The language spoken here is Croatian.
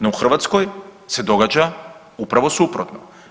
No u Hrvatskoj se događa upravo suprotno.